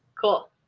Cool